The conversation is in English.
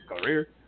career